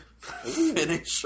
finish